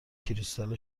کریستال